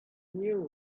knew